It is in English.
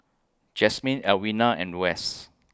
Jasmyne Alwina and West